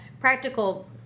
practical